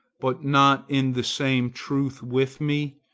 but not in the same truth with me,